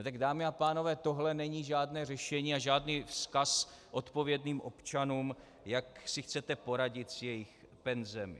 Dámy a pánové, tohle není žádné řešení a žádný vzkaz odpovědným občanům, jak si chcete poradit s jejich penzemi.